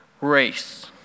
race